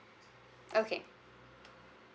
okay